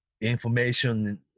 information